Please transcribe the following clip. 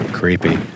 creepy